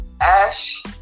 Ash